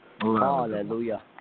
Hallelujah